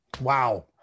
wow